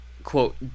quote